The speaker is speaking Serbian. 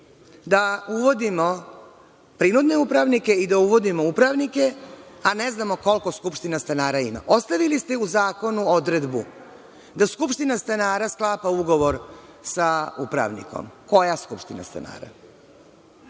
da uvodimo prinudne upravnike i da uvodimo upravnike, a ne znamo koliko skupštine stanara ima. Ostavili ste u zakonu odredbu da skupština stanara sklapa ugovor sa upravnikom. Koja skupština stanara?